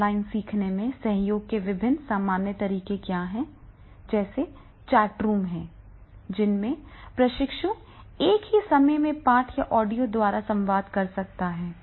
तो ऑनलाइन सीखने में सहयोग के विभिन्न सामान्य तरीके क्या हैं ऐसे चैट रूम हैं जिनमें प्रशिक्षु एक ही समय में पाठ या ऑडियो द्वारा संवाद कर सकते हैं